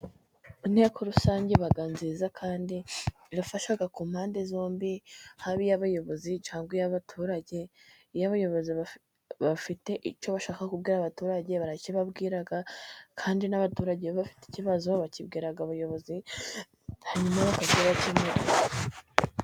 Inteko rusange iba nziza, kandi birafasha ku mpande zombi haba abayobozi cyagwa abaturage. Iyo abayobozi bafite icyo bashaka kubwira abaturage barakibabwira kandi n'abaturage bafite ikibazo bakibwira abayobozi hanyuma bakakibakemurira.